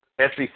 SEC